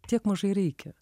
tiek mažai reikia